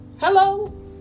Hello